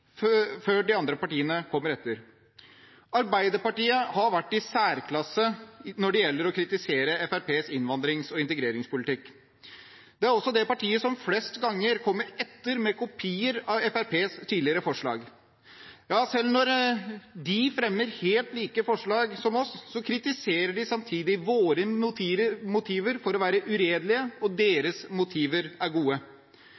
tid før de andre partiene kommer etter. Arbeiderpartiet har vært i særklasse når det gjelder å kritisere Fremskrittspartiets innvandrings- og integreringspolitikk. Det er også det partiet som flest ganger kommer etter med kopier av Fremskrittspartiets tidligere forslag. Ja, selv når de fremmer forslag som er helt lik våre, kritiserer de samtidig våre motiver for å være uredelige,